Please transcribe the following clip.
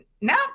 no